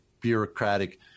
bureaucratic